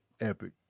epic